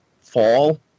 fall